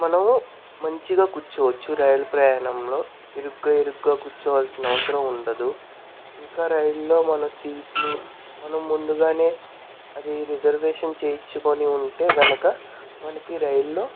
మనం మంచిగా కూర్చోవచ్చు రైలు ప్రయాణంలో ఇరుగ్గా ఇరుగ్గా కూర్చోవాల్సిన అవసరం ఉండదు ఇంకా రైల్లో మన సీట్లు మనం ముందుగానే అది రిజర్వేషన్ చేయించుకొని ఉంటే కనుక మనకి రైల్లో